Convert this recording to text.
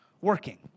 working